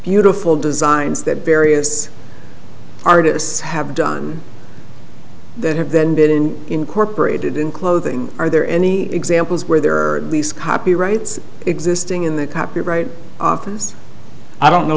beautiful designs that various artists have done that have then been incorporated in clothing are there any examples where there are these copyrights existing in the copyright office i don't know